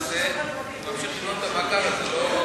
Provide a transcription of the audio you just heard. למעשה, ממשיך לבנות את המאגר הזה, לא,